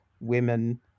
women